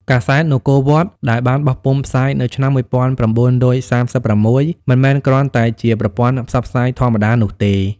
កាសែត នគរវត្ត ដែលបានបោះពុម្ពផ្សាយនៅឆ្នាំ១៩៣៦ មិនមែនគ្រាន់តែជាប្រព័ន្ធផ្សព្វផ្សាយធម្មតានោះទេ។